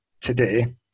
today